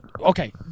Okay